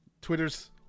Twitter's